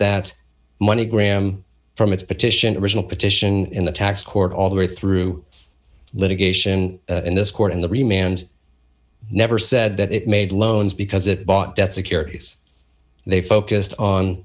that money gram from its petition original petition in the tax court all the way through litigation in this court and the remained never said that it made loans because it bought debt securities they focused on